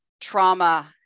trauma